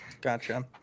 Gotcha